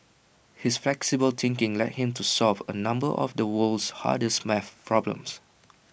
his flexible thinking led him to solve A number of the world's hardest maths problems